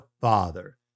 Father